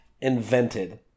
invented